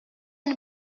une